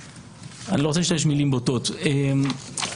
אני לא רוצה להשתמש במילים בוטות המשחק,